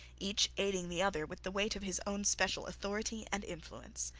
each aiding the other with the weight of his own special authority and influence.